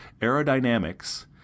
aerodynamics